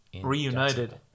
Reunited